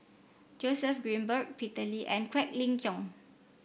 Joseph Grimberg Peter Lee and Quek Ling Kiong